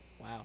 Wow